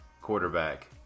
quarterback